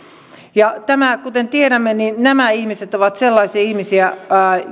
ja kuten tiedämme nämä ihmiset ovat useimmiten sellaisia ihmisiä